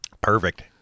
Perfect